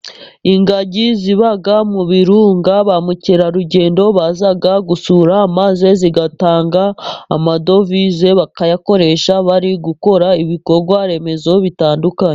Ingagi zibaga mu birunga, bamukerarugendo baza gusura, maze zigatanga amadovize, bakayakoresha bari gukora, ibikorwaremezo bitandukanye.